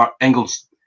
Engels